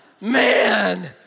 man